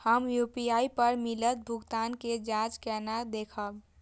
हम यू.पी.आई पर मिलल भुगतान के जाँच केना देखब?